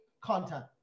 content